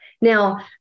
Now